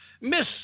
Miss